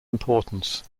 importance